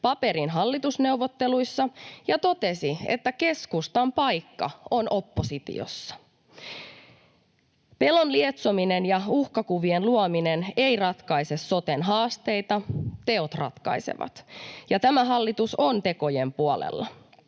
paperin hallitusneuvotteluissa ja totesi, että keskustan paikka on oppositiossa. Pelon lietsominen ja uhkakuvien luominen ei ratkaise soten haasteita. Teot ratkaisevat, ja tämä hallitus on tekojen puolella.